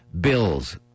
bills